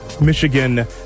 Michigan